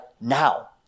now